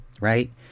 right